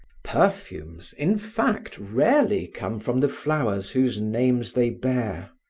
perfumes, in fact, rarely come from the flowers whose names they bear.